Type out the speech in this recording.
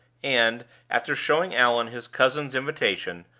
and, after showing allan his cousin's invitation,